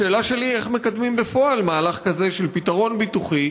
השאלה שלי היא איך מקדמים בפועל מהלך כזה של פתרון ביטוחי,